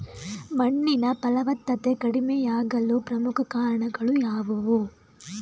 ಮಣ್ಣಿನ ಫಲವತ್ತತೆ ಕಡಿಮೆಯಾಗಲು ಪ್ರಮುಖ ಕಾರಣಗಳು ಯಾವುವು?